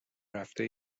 رفته